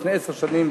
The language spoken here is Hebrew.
לפני עשר שנים,